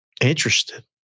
Interested